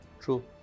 True